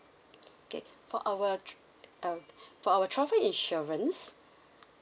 okay for our tr~ uh for our travel insurance